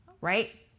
right